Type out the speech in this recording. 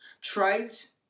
trite